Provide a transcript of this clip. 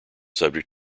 subject